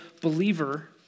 believer